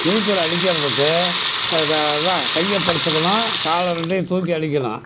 நீச்சல் அடிக்கிறதுக்கு அதை அதான் கையப்படிவெச்சுக்கணும் கால் ரெண்டையும் தூக்கி அடிக்கணும்